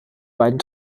beiden